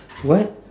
what